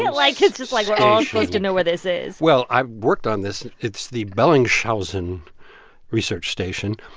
yeah like it's just, like, we're all supposed to know where this is well, i've worked on this. it's the bellingshausen research station.